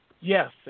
Yes